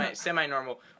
semi-normal